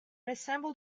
assembled